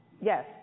yes